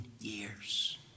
years